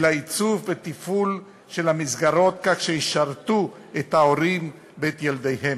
אלא עיצוב ותפעול של המסגרות כך שישרתו את ההורים ואת ילדיהם.